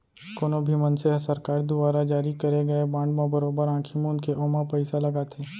कोनो भी मनसे ह सरकार दुवारा जारी करे गए बांड म बरोबर आंखी मूंद के ओमा पइसा लगाथे